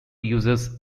uses